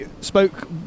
spoke